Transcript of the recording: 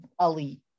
elite